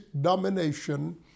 domination